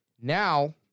Now